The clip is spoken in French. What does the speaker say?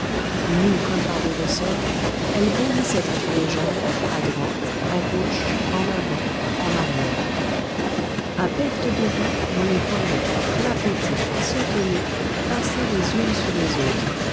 mues comme par des ressorts elles bondissaient entre les jambes à droite à gauche en avant en arrière à perte de vue on les voyait clapoter sauteler passer les unes sur les autres